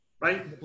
Right